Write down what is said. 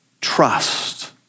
trust